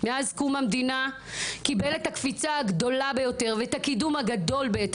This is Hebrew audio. מאז קום המדינה קיבל את הקפיצה הגדולה ביותר ואת הקידום הגדול ביות,